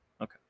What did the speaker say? Okay